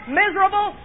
miserable